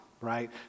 right